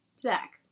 Zach